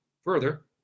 further